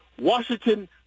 Washington